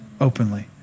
openly